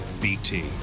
BT